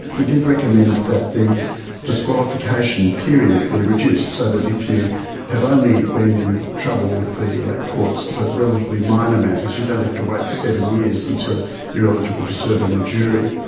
we did recommend that the disqualification period be reduced, so that if you have only been in trouble with the courts for a relatively minor matters you don't have to wait seven years until you are eligible to serve on a jury.